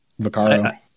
Vicaro